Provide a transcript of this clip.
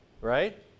right